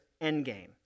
endgame